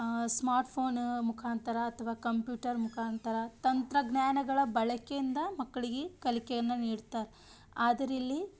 smart phone ಮುಖಾಂತರ ಅಥವಾ computer ಮುಖಾಂತರ ತಂತ್ರಜ್ಞಾನಗಳ ಬಳಕೆಯಿಂದ ಮಕ್ಕಳಿಗೆ ಕಲಿಕೆಯನ್ನು ನೀಡ್ತಾರೆ ಆದರೆ ಇಲ್ಲಿ